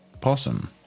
Possum